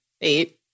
Eight